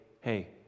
hey